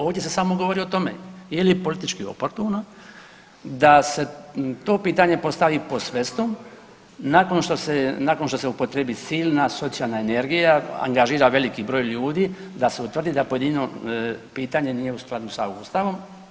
Ovdje se samo govori o tome je li politički oportuno da se to pitanje postavi post festum nakon što se upotrijebi silna socijalna energija, angažira veliki broj ljudi sa se utvrdi da pojedino pitanje nije u skladu sa Ustavom.